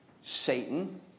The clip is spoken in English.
Satan